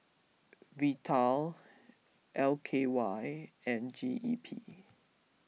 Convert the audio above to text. Vital L K Y and G E P